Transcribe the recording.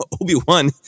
Obi-Wan